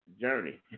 journey